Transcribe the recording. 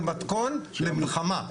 זה מתכון למלחמה.